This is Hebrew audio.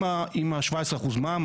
עם ה-17% מע"מ,